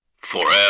Forever